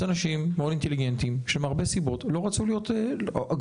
אלה אנשים מאוד אינטליגנטים שמהרבה סיבות לא רצו להיות רופאים.